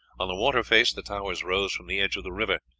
on the water-face the towers rose from the edge of the river,